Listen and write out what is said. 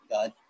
God